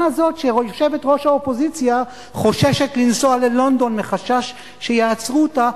הזאת שיושבת-ראש האופוזיציה חוששת לנסוע ללונדון שמא יעצרו אותה,